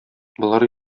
болар